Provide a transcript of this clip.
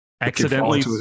accidentally